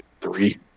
three